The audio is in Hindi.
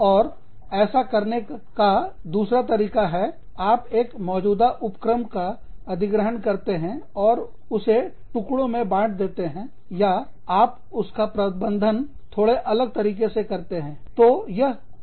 और ऐसा करने का दूसरा तरीका है आप एक मौजूदा उपक्रम का अधिग्रहण करते हैं और उसे टुकड़ों में बांट देते हैं या आप उनका प्रबंधन थोड़े अलग तरीके से करते हैं